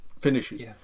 finishes